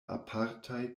apartaj